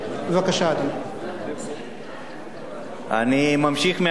אני ממשיך מהנקודה שהפסקתי.